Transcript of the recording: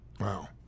Wow